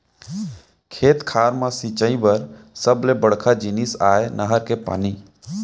खेत खार म सिंचई बर सबले बड़का जिनिस आय नहर के पानी